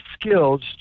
skills